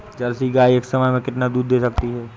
Jersey गाय एक समय में कितना दूध दे सकती है?